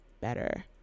better